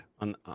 on